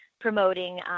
promoting